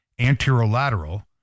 anterolateral